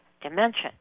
dimension